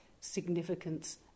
significance